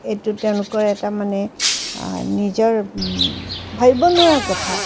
এইটো তেওঁলোকৰ এটা মানে নিজৰ ভাবিব নোৱাৰা কথা